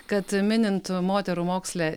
kad minint moterų moksle